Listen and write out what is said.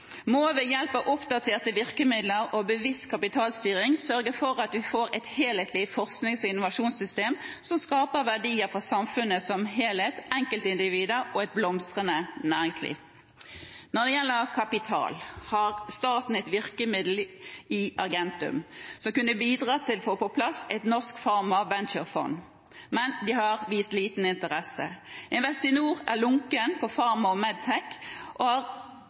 må ved hjelp av oppdaterte virkemidler og bevisst kapitalstyring sørge for at vi får et helhetlig forsknings- og innovasjonssystem som skaper verdier for samfunnet som helhet, enkeltindivider og et blomstrende næringsliv. Når det gjelder kapital, har staten et virkemiddel i Argentum som kunne bidratt til å få på plass et norsk farma-venturefond, men de har vist liten interesse. Investinor er lunken på farma og medtech og har